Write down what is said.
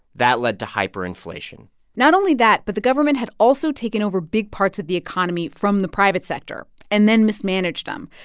that led to hyperinflation not only that, but the government had also taken over big parts of the economy from the private sector and then mismanaged them.